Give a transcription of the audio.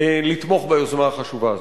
לתמוך ביוזמה החשובה הזו.